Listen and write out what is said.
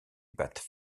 battent